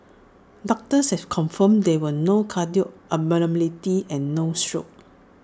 doctors have confirmed there were no cardiac abnormalities and no stroke